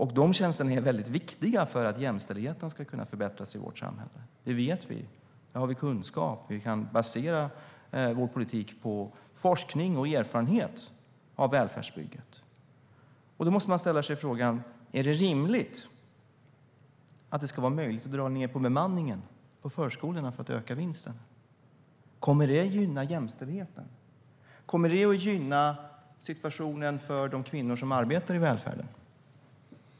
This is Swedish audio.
Dessa tjänster är viktiga för att jämställdheten ska kunna förbättras i vårt samhälle; det vet vi. Vi har kunskap om det, och vi kan basera vår politik på forskning och erfarenhet av välfärdsbygget. Då måste man ställa sig frågorna: Är det rimligt att det ska vara möjligt att dra ned på bemanningen på förskolorna för att öka vinsten? Kommer det att gynna jämställdheten? Kommer det att gynna situationen för de kvinnor som arbetar i välfärden?